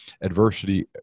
adversity